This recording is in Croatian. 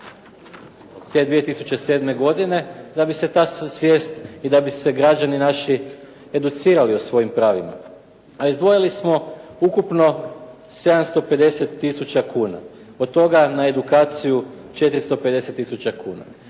te 2007. godine da bi se ta svijest i da bi se naši građani educirali o svojim pravima. A izdvojili smo ukupno 750 tisuća kuna. Od toga na edukaciju 450 tisuća kuna.